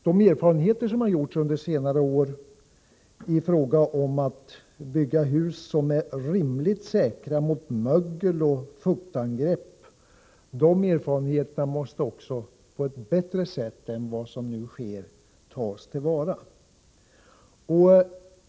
De erfarenheter som gjorts under senare år i fråga om att bygga hus som är rimligt säkra mot mögeloch fuktangrepp måste också på ett bättre sätt än vad som nu sker tas till vara.